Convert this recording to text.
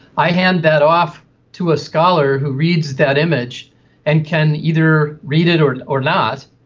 i hand that off to a scholar who reads that image and can either read it or or not,